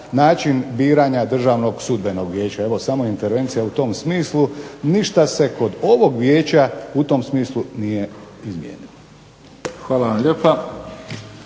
način biranja Državnog sudbenog vijeća. Evo samo intervencija u tom smislu, ništa se kod ovog Vijeća u tom smislu nije izmijenilo. **Mimica,